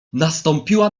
nastąpiła